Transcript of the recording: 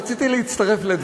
רציתי להצטרף לדבריה.